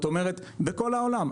בכל העולם.